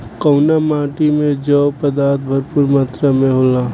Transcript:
कउना माटी मे जैव पदार्थ भरपूर मात्रा में होला?